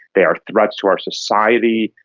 they are threats to our society,